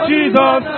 Jesus